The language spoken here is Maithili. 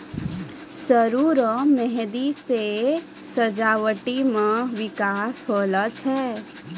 सरु रो मेंहदी से सजावटी मे बिकास होलो छै